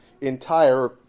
entire